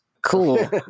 Cool